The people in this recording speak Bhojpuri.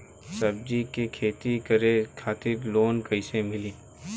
सब्जी के खेती करे खातिर लोन कइसे मिली?